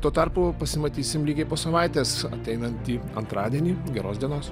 tuo tarpu pasimatysim lygiai po savaitės ateinantį antradienį geros dienos